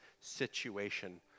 situation